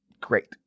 Great